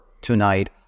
tonight